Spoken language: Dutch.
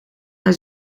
hij